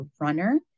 runner